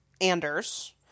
Anders